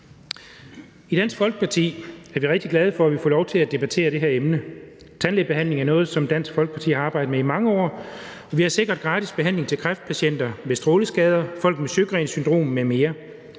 I Dansk Folkeparti er vi rigtig glade for, at vi får lov til at debattere det her emne. Tandlægebehandling er noget, som Dansk Folkeparti har arbejdet med i mange år, og vi har sikret gratis behandling til kræftpatienter ved stråleskader, til folk med Sjögrens syndrom m.m.